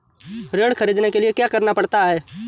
ऋण ख़रीदने के लिए क्या करना पड़ता है?